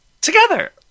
together